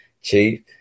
chief